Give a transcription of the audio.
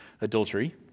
adultery